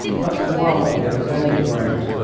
clutched wildly at his own throat,